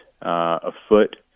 afoot